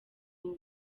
ubu